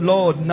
Lord